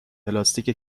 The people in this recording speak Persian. پلاستیک